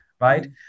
right